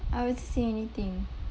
I wouldn't say anything